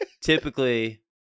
typically